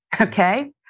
okay